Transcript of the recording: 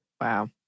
Wow